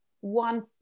one